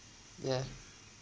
yeah